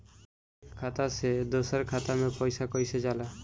एक खाता से दूसर खाता मे पैसा कईसे जाला?